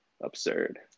absurd